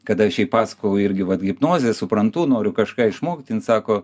kada aš jai pasakojau irgi vat hipnozė suprantu noriu kažką išmokt jin sako